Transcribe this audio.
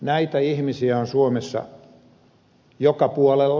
näitä ihmisiä on suomessa joka puolella